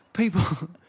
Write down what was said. People